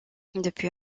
depuis